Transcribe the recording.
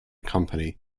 company